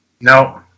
No